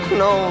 no